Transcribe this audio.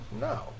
No